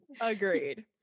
Agreed